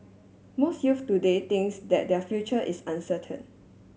most youths today thinks that their future is uncertain